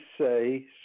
say